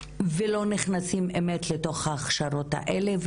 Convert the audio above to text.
ולא נכנסים באמת לתוך ההכשרות האלה.